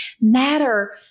matter